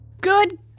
Good